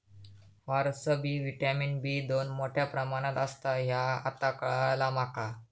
फारसबी vitamin B दोन मोठ्या प्रमाणात असता ह्या आता काळाला माका